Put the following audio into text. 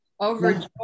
overjoyed